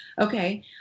Okay